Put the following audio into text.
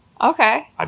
Okay